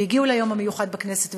הגיעו ליום המיוחד בכנסת,